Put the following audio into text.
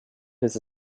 his